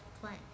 plant